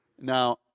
Now